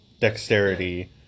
dexterity